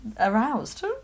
aroused